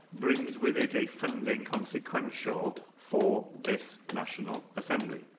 brings with it a funding consequential for this national assembly.